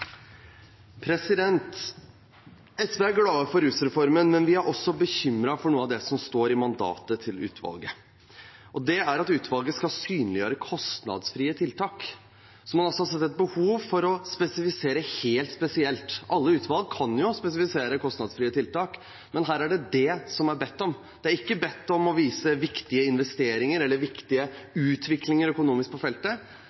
det er at utvalget skal synliggjøre kostnadsfrie tiltak. Man har altså sett et behov for å spesifisere det helt spesielt. Alle utvalg kan jo spesifisere kostnadsfrie tiltak, men her er det dét det er bedt om. Det er ikke bedt om å vise viktige investeringer eller viktige utviklinger økonomisk på feltet.